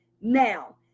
Now